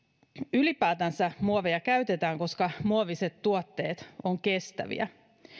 ylipäätänsä muoveja käytetään koska muoviset tuotteet ovat kestäviä